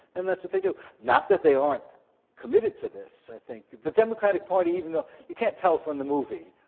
and that's what they do. not that they aren't committed to this, i think. the democratic party, even though you can't tell from the movie,